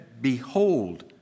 Behold